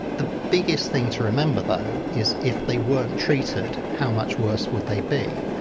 the biggest thing to remember, though, is if they weren't treated, how much worse would they be.